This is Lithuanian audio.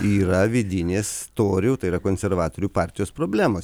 yra vidinės torių tai yra konservatorių partijos problemos